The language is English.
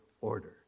order